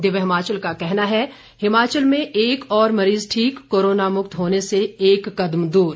दिव्य हिमाचल का कहना है हिमाचल में एक और मरीज ठीक कोरोनामुक्त होने से एक कदम दूर